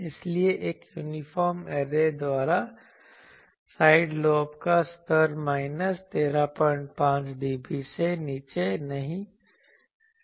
इसलिए एक uniform array द्वारा साइड लोब का स्तर माइनस 135dB से नीचे नहीं रखा जा सकता है